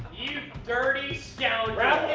dirty scoundrel. wrap yeah